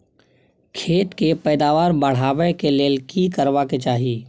खेत के पैदावार बढाबै के लेल की करबा के चाही?